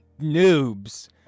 noobs